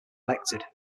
elected